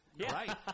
Right